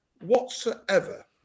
whatsoever